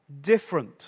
different